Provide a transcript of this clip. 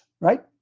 Right